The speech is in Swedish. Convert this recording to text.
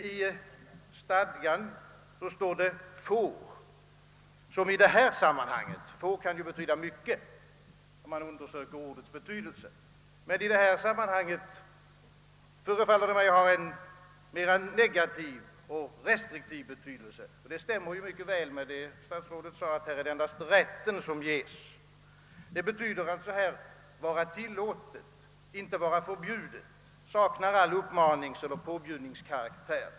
I stadgan står det »får», vilket i detta sammanhang — »får» kan betyda mycket — förefaller mig att ha en mera negativ och restriktiv innebörd, Detta stämmer också mycket väl med vad statsrådet sade om att det här endast är rätten som ges. »Får» betyder alltså här »vara tillåtet, inte vara förbjudet» och saknar all uppmaningseller påbudskaraktär.